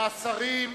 מהשרים,